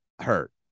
hurt